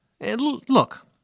Look